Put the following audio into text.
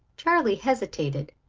charley hesitated.